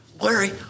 Larry